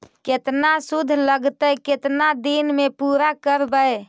केतना शुद्ध लगतै केतना दिन में पुरा करबैय?